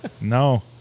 No